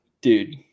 dude